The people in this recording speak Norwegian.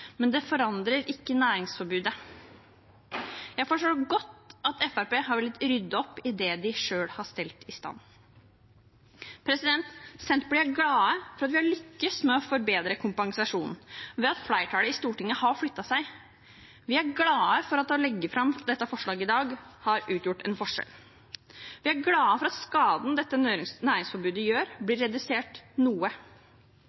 men det forandrer ikke næringsforbudet. Jeg forstår godt at Fremskrittspartiet har villet rydde opp i det de selv har stelt i stand. Senterpartiet er glad for at vi har lykkes med å forbedre kompensasjonen ved at flertallet i Stortinget har flyttet seg. Vi er glad for at det å legge fram dette forslaget i dag har utgjort en forskjell. Vi er glad for at skaden dette næringsforbudet gjør,